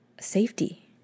Safety